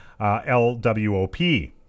LWOP